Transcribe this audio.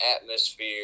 atmosphere